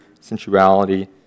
sensuality